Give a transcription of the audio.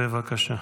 בבקשה.